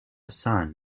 son